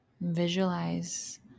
Visualize